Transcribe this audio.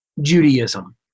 Judaism